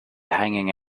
hanging